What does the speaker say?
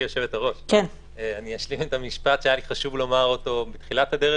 אני אשלים את המשפט שהיה לי חשוב לומר בתחילת הדרך,